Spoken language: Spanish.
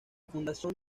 fundación